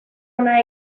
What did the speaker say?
hona